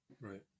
Right